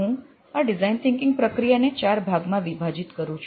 હું આ design thinking પ્રક્રિયા ને ચાર ભાગ માં વિભાજીત કરું છું